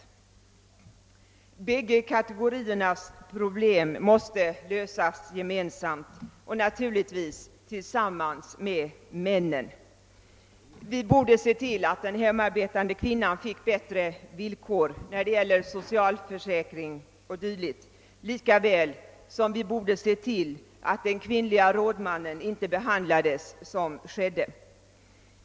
Dessa båda kategoriers problem måste lösas gemensamt och tillsammans med männen. Vi borde se till att den hemarbetande kvinnan får bättre villkor när det gäller socialförsäkringar, vårdbidrag och dylikt lika väl som vi borde se till att en kvinnlig rådman inte behandlas så som skedde.